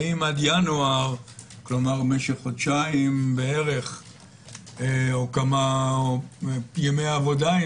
האם עד ינואר כלומר משך כחודשיים או כמה ימי עבודה,